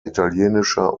italienischer